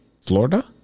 Florida